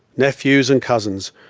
nephews and cousins,